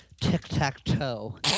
tic-tac-toe